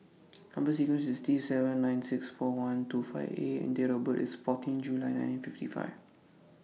Number sequence IS T seven nine six four one two five A and Date of birth IS fourteenth July nineteen fifty five